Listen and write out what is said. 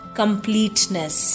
completeness